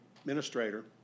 administrator